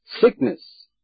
Sickness